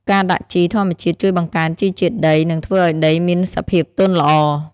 ការដាក់ជីធម្មជាតិជួយបង្កើនជីជាតិដី និងធ្វើឱ្យដីមានសភាពទន់ល្អ។